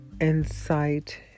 insight